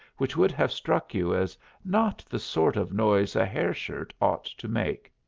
which would have struck you as not the sort of noise a hair-shirt ought to make.